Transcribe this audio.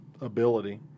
ability